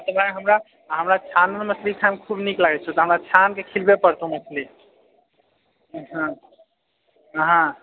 आ ताहिके बाद हमरा हमरा छानल मछली खाइमे खूब नीक लागैत छै तऽ हमरा छानके खिलबै पड़तौ मछली हाँ हाँ